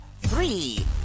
three